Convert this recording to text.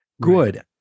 good